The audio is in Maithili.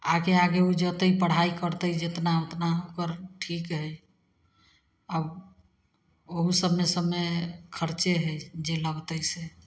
आगे आगे ओ जतेक पढ़ाइ करतै जतना ओतना ओकर ठीक हइ अब ओहू सबमे सबमे खरचे हइ जे लगतै से आब